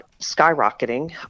skyrocketing